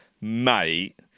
mate